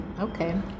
Okay